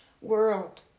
world